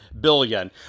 billion